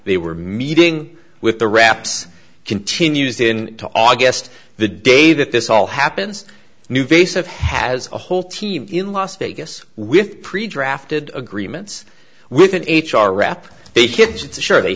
they were meeting with the raps continues in august the day that this all happens new base of has a whole team in las vegas with pre draft did agreements with an h r rep they